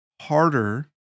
harder